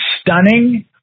stunning